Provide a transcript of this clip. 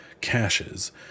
caches